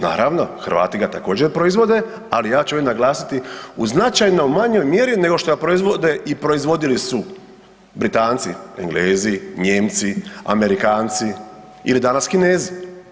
Naravno, Hrvati ga također proizvode ali ja ću ovdje naglasiti u značajno manjoj mjeri nego što ga proizvode i proizvodili su Britanci, Englezi, Nijemci, Amerikanci ili danas Kinezi.